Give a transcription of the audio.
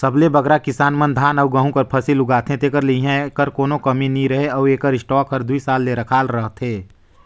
सबले बगरा किसान मन धान अउ गहूँ कर फसिल उगाथें तेकर ले इहां एकर कोनो कमी नी रहें अउ एकर स्टॉक हर दुई साल ले रखाल रहथे